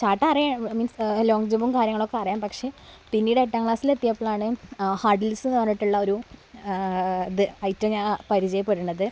ചാട്ടം അറി means long ജമ്പും കാര്യങ്ങളൊക്കെ അറിയാം പക്ഷേ പിന്നീട് എട്ടാം ക്ലാസ്സിൽ എത്തിയപ്പോഴാണ് ഹഡിൽസ് എന്നു പറഞ്ഞിട്ടുള്ള ഒരു ദ് ഐറ്റം ഞാനാ പരിചയപ്പെടണത്